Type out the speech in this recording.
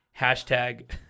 Hashtag